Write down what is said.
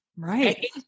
Right